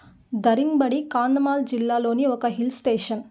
దరింగ్బడి కాందమాల్ జిల్లాలోని ఒక hill station